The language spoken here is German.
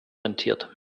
rentiert